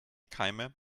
keime